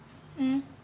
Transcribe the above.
um